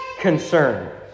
concern